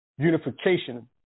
unification